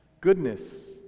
Goodness